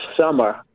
summer